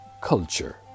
culture